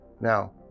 Now